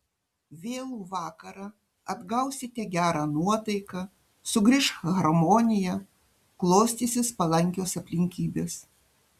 vėlų vakarą atgausite gerą nuotaiką sugrįš harmonija klostysis palankios aplinkybės